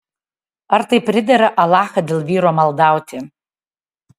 ar tai pridera alachą dėl vyro maldauti